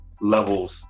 levels